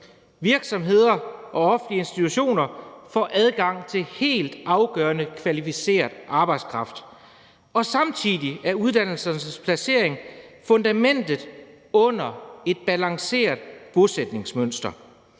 virksomheder og offentlige institutioner får adgang til helt afgørende kvalificeret arbejdskraft. Samtidig er uddannelsernes placering fundamentet under et balanceret bosætningsmønster.